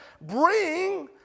bring